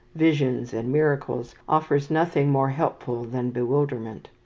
visions, and miracles, offers nothing more helpful than bewilderment.